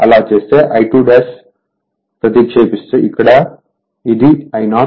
అలా చేస్తే I2 ప్రతిక్షేపిస్తే ఇక్కడ ఇది I0